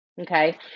Okay